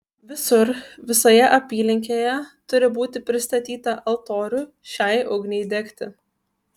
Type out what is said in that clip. visur visoje apylinkėje turi būti pristatyta altorių šiai ugniai degti